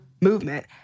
movement